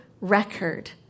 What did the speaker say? record